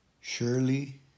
Surely